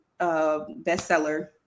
bestseller